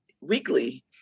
weekly